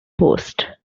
post